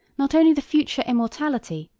not only the future immortality,